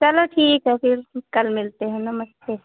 चलो ठीक है फिर कल मिलते हैं नमस्ते